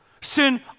Sin